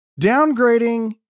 downgrading